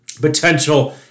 potential